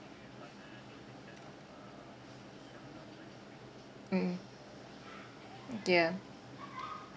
mm mm mm yeah